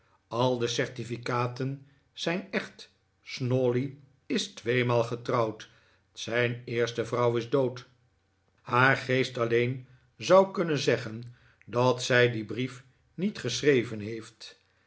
al de certificaten zijn echt snawley is tweemaal getrouwd zijn eerste vrouw is dood haar geest alleen zou kunnen zeggen dat zij dien brief niet geschreven heeft